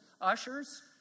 Ushers